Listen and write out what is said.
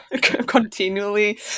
continually